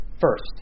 first